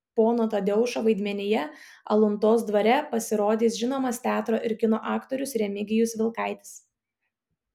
pono tadeušo vaidmenyje aluntos dvare pasirodys žinomas teatro ir kino aktorius remigijus vilkaitis